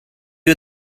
you